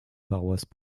paroisses